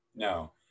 No